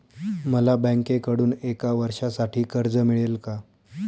मला बँकेकडून एका वर्षासाठी कर्ज मिळेल का?